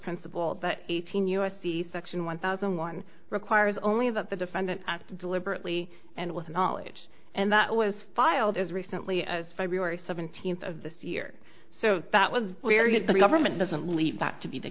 principle but eighteen u s c section one thousand one requires only that the defendant deliberately and with knowledge and that was filed as recently as february seventeenth of this year so that was where you get the government doesn't leave that to be the